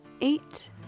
eight